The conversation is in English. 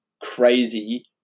crazy